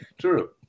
True